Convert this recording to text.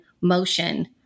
motion